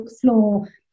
floor